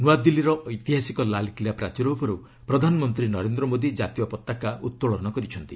ନୂଆଦିଲ୍ଲୀର ଐତିହାସିକ ଲାଲ୍କିଲ୍ଲା ପ୍ରାଚୀର ଉପରୁ ପ୍ରଧାନମନ୍ତ୍ରୀ ନରେନ୍ଦ୍ର ମୋଦି ଜାତୀୟ ପତାକା ଉତ୍ତୋଳନ କରିଛନ୍ତି